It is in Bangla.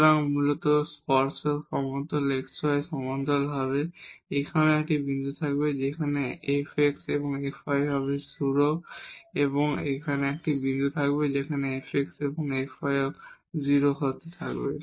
সুতরাং মূলত টানজেন্ট প্লেন xy প্লেন সমান্তরাল হবে এখানেও একটি বিন্দু থাকবে যেখানে fx এবং fy হবে 0 এবং এখানে একটি বিন্দু থাকবে যেখানে fx এবং fy হবে 0 হবে